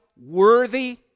worthy